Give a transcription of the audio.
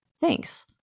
Thanks